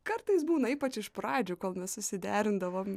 kartais būna ypač iš pradžių kol nesusiderindavom